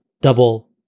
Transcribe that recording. double